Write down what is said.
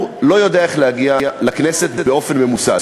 לא יודע איך להגיע לכנסת באופן ממוסד.